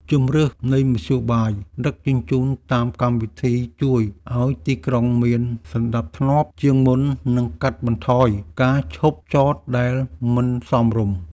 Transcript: ជម្រើសនៃមធ្យោបាយដឹកជញ្ជូនតាមកម្មវិធីជួយឱ្យទីក្រុងមានសណ្តាប់ធ្នាប់ជាងមុននិងកាត់បន្ថយការឈប់ចតដែលមិនសមរម្យ។